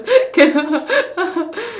cannot